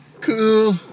Cool